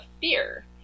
fear